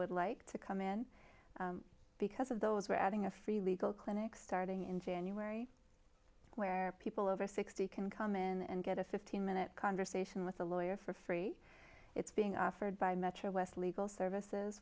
would like to come in because of those we're adding a free legal clinic starting in january where people over sixty can come in and get a fifteen minute conversation with a lawyer for free it's being offered by metro west legal services